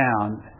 down